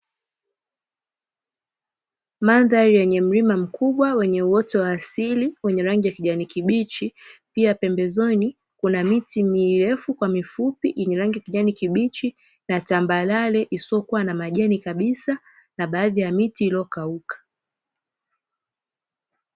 Mandhari yenye mlima mkubwa wenye uoto wa asili wenye rangi ya kijani kibichi, pia pembezoni kuna miti mirefu kwa mifupi, yenye rangi ya kijani kibichi na tambarare isiyokuwa na majani kabisa, na baadhi ya miti iliyo kauka.